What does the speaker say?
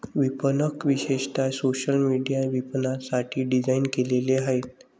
विपणक विशेषतः social media विपणनासाठी डिझाइन केलेले आहेत